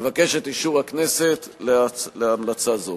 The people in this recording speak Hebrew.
אבקש את אישור הכנסת להמלצה זו.